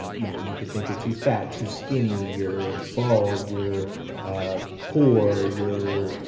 you know, you can think you're too fat, too skinny, you're bald, you're um poor, you're,